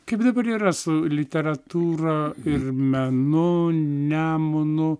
kaip dabar yra su literatūra ir menu nemunu